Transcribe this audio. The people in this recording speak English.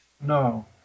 No